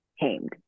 tamed